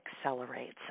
accelerates